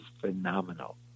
phenomenal